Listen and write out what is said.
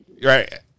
Right